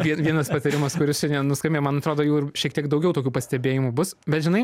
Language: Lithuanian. ir vienas patarimas kuris šiandien nuskambėjo man atrodo jų ir šiek tiek daugiau tokių pastebėjimų bus bet žinai